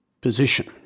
position